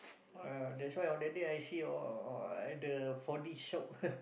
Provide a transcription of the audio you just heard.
ah that's why on that day I see oh the four-D shop